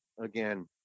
again